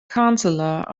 counselor